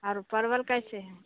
और परवल कैसे है